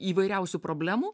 įvairiausių problemų